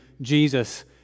Jesus